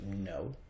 No